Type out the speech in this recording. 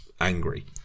angry